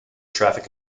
traffic